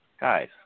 guys